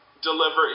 deliver